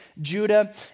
Judah